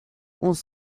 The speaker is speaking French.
onze